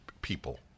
people